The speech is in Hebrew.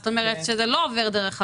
זאת אומרת, זה לא עובר דרך המעסיק.